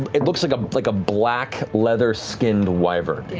it looks like but like a black leather skinned wyvern,